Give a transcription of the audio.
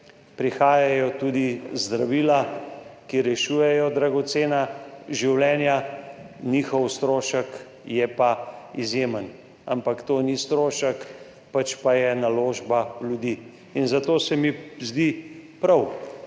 prihajajo tudi zdravila, ki rešujejo dragocena življenja, njihov strošek je pa izjemen, ampak to ni strošek, pač pa je naložba v ljudi. In zato se mi zdi prav